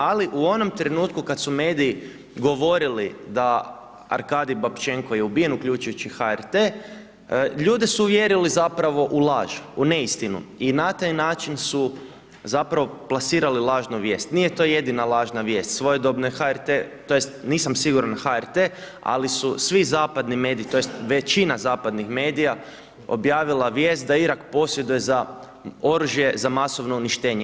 Ali u onom trenutku kada su mediji govorili da Arkadi Babchenko je ubijen, uključujući i HRT ljude su uvjerili zapravo u laž, u neistinu i na taj način su, zapravo, plasirali lažnu vijest, nije to jedina lažna vijest, svojedobno je HRT tj. nisam siguran jel HRT, ali su svi zapadni mediji tj. većina zapadnih medija objavila vijest da Irak posjeduje za, oružje za masovno uništenje.